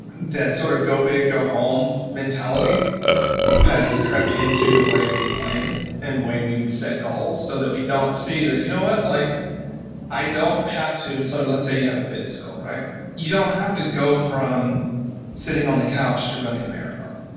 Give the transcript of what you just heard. that sort of go-big-go-home mentality has crept into the way we plan and the way we set goals so that we don't see that you know what? like i don't have to, so, let's say you have a fitness goal. you don't have to go from sitting on the couch to running a marathon.